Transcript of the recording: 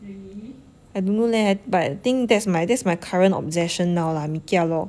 I don't know leh but I think that's my that's my current obsession now lah mee kia lor